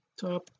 top